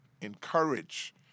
encourage